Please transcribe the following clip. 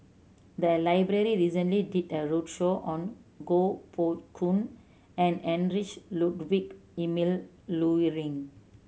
the library recently did a roadshow on Koh Poh Koon and Heinrich Ludwig Emil Luering